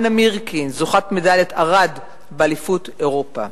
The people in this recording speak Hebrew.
אנה מירקין, זוכת מדליית ארד באליפות אירופה.